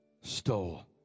stole